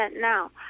now